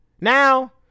Now